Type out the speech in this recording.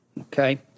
okay